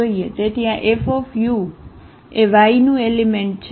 તેથી આ F એ Yનું એલિમેન્ટ છે